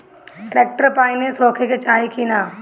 Tractor पाईनेस होखे के चाही कि ना?